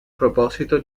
proposito